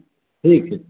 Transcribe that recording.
ठीक छै